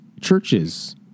churches